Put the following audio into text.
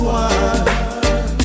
one